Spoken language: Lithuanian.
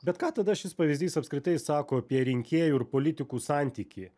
bet ką tada šis pavyzdys apskritai sako apie rinkėjų ir politikų santykį